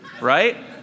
right